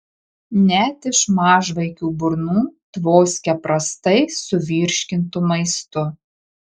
net iš mažvaikių burnų tvoskia prastai suvirškintu maistu